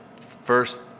first